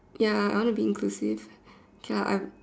ya I wanna be inclusive K lah I